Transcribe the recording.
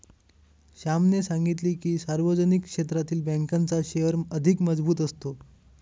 श्यामने सांगितले की, सार्वजनिक क्षेत्रातील बँकांचा शेअर अधिक मजबूत असतो